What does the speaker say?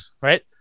right